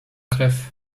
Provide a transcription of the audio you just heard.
krew